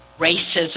racism